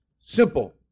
simple